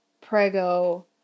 prego